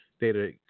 data